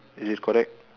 is it correct